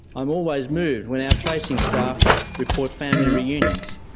i'm always moved when our tracing staff report family reunions.